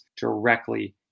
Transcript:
directly